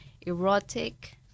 erotic